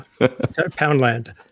Poundland